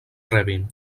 rebin